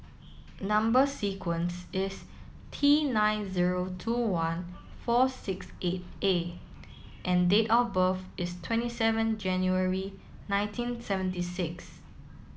number sequence is T nine zero two one four six eight A and date of birth is twenty seven January nineteen seventy six